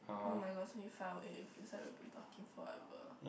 oh my god it's only five O eight it feels like we've been talking forever